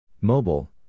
Mobile